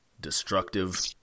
destructive